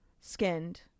skinned